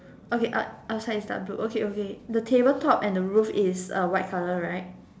okay out~ outside is dark blue okay okay the table top and the roof is uh white colour right